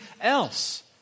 else